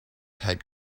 had